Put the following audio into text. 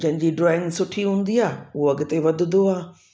जंहिंजी ड्रॉइंग सुठी हूंदी आहे उहो अॻिते वधंदो आहे